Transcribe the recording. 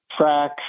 track